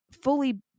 fully